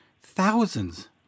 thousands